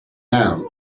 down